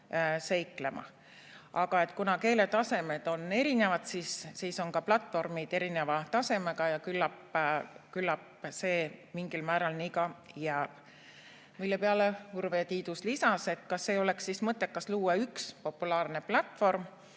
seiklema. Aga kuna keeletasemed on erinevad, siis on ka platvormid erineva tasemega ja küllap see mingil määral nii ka jääb. Selle peale Urve Tiidus lisas, et kas ei oleks siis mõttekas luua üks populaarne platvorm